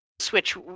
switch